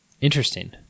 Interesting